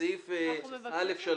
בסעיף 15א(3).